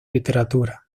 literatura